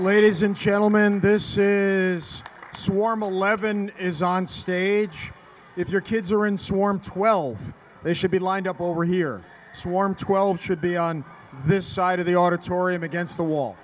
ladies and gentlemen this is swarm eleven is onstage if your kids are in storm twelve they should be lined up over here swarmed twelve should be on this side of the auditorium against the wa